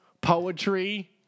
poetry